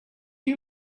you